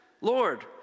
Lord